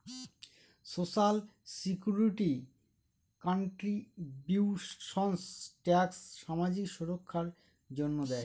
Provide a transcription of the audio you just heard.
social security contributions tax সামাজিক সুররক্ষার জন্য দেয়